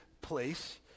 place